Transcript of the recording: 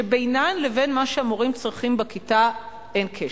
שבינן לבין מה שהמורים צריכים בכיתה אין קשר.